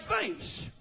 face